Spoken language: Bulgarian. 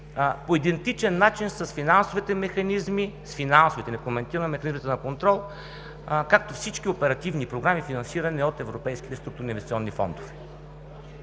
по идентичен начин с финансовите механизми, с финансовите, не коментирам механизмите на контрол, както всички оперативни програми, финансирани от европейските структурни инвестиционни фондове.